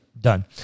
Done